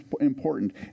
important